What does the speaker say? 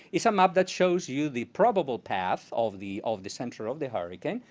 it's a map that shows you the probable path of the of the center of the hurricane,